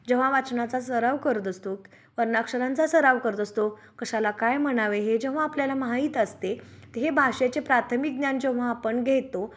जेव्हा वाचनाचा सराव करत असतो वर्णाक्षरांचा सराव करत असतो कशाला काय म्हणावे हे जेव्हा आपल्याला माहीत असते त हे भाषेचे प्राथमिक ज्ञान जेव्हा आपण घेतो